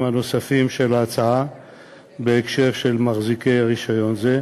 הנוספים של ההצעה בהקשר של מחזיקי רישיון זה,